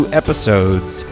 episodes